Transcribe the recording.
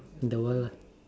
in the world lah